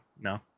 No